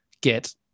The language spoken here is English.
get